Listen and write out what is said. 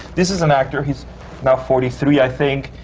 this is an actor, he's now forty-three, i think,